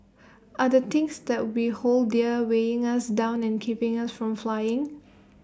are the things that we hold dear weighing us down and keeping us from flying